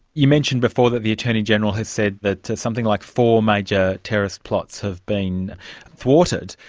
you mentioned before that the attorney general has said that something like four major terrorist plots have been thwarted.